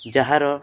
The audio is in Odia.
ଯାହାର